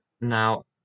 Now